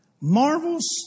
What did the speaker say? marvels